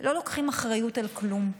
לא לוקחים אחריות על כלום.